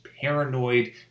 paranoid